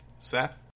Seth